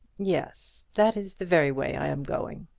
yes, that is the very way i am going.